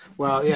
well, yeah